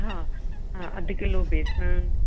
हा हा अधु किलो बेसण